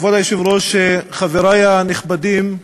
חברי הנכבדים,